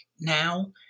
now